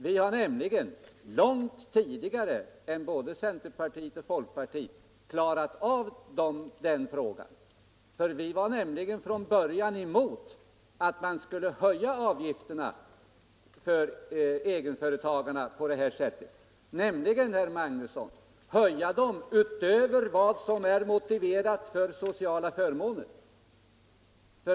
Vi har nämligen långt tidigare än både centerpartiet och folkpartiet klarat av den frågan, för vi var från början emot att man skulle höja avgifterna för egenföretagarna på det här sättet, utöver vad som är motiverat av sociala förmåner.